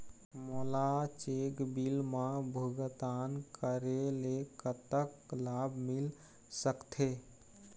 मोला check bill मा भुगतान करेले कतक लाभ मिल सकथे?